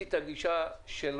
הגישה.